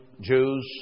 Jews